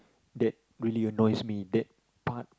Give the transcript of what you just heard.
that really annoys me that part